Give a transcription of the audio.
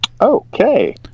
Okay